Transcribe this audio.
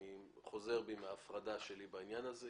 אני חוזר בי מההפרדה שלי בעניין הזה,